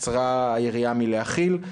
קצרה היריעה מלהכיל.